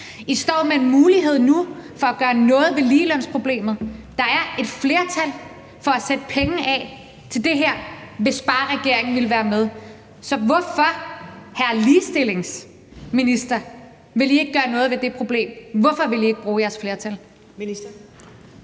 I står med en mulighed nu for at gøre noget ved ligelønsproblemet. Der er et flertal for at sætte penge af til det her, hvis bare regeringen vil være med. Så hvorfor, hr. ligestillingsminister, vil I ikke gøre noget ved det problem? Hvorfor vil I ikke bruge jeres flertal? Kl.